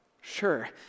Sure